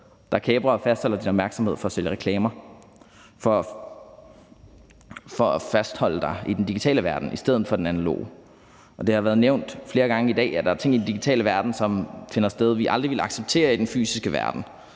der kaprer og fastholder din opmærksomhed for at sælge reklamer for at fastholde dig i den digitale verden i stedet for den analoge. Det har været nævnt flere gange i dag, at der er ting, som finder sted i den digitale verden, som vi aldrig ville acceptere i den fysiske verden.